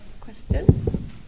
question